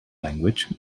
language